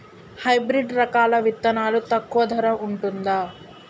Hybrid రకాల విత్తనాలు తక్కువ ధర ఉంటుందా?